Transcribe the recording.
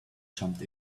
jumped